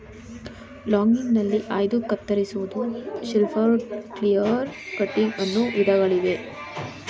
ಲಾಗಿಂಗ್ಗ್ನಲ್ಲಿ ಆಯ್ದು ಕತ್ತರಿಸುವುದು, shelterwood, clear cutting ಅನ್ನೋ ವಿಧಗಳಿವೆ